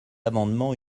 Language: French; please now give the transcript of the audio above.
amendement